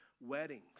weddings